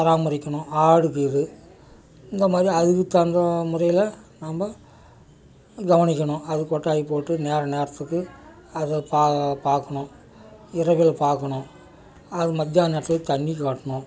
பராமரிக்கணும் ஆடுக்குது இந்த மாதிரி அதுக்கு தகுந்த முறையில் நம்ப கவனிக்கணும் அதுக்கு கொட்டாய் போட்டு நேர நேரத்துக்கு அதை ப பார்க்கணும் இரவில் பார்க்கணும் அது மத்தியான நேரத்தில் தண்ணி காட்டணும்